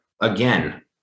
again